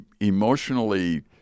emotionally